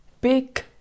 big